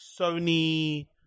Sony